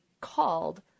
called